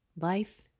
Life